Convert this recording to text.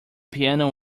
piano